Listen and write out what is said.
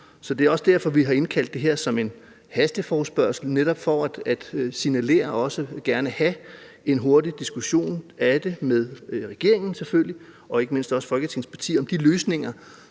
nu. Det er også derfor, vi har indkaldt det her som en hasteforespørgsel, altså netop for at signalere det, og fordi vi gerne hurtigt vil have en diskussion med regeringen og ikke mindst med Folketingets partier om de løsninger,